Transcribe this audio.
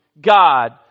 God